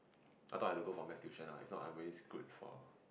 I thought I will go for math tuition ah if not I really screw for